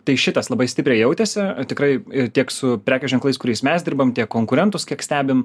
tai šitas labai stipriai jautėsi tikrai ir tiek su prekių ženklais kuriais mes dirbam tiek konkurentus kiek stebim